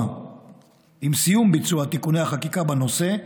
עם סיום ביצוע תיקוני החקיקה בנושא,